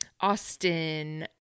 Austin